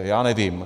Já nevím.